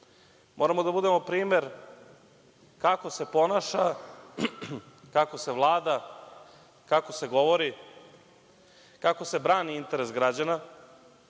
moramo da budemo primer kako se ponaša, kako se vlada, kako se govori, kako se brani interes građana,